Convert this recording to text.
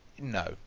no